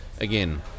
Again